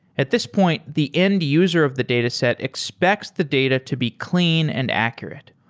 at this point, the end user of the dataset expects the data to be clean and accurate,